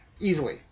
easily